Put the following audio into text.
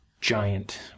giant